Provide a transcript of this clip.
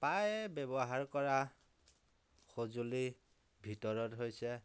প্ৰায়ে ব্য়ৱহাৰ কৰা সঁজুলিৰ ভিতৰত হৈছে